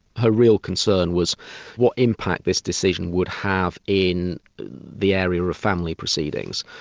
her real concern was what impact this decision would have in the area of family proceedings,